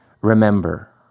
remember